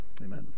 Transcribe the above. Amen